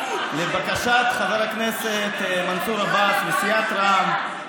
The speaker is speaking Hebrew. לבקשת חבר הכנסת מנסור עבאס וסיעת רע"מ,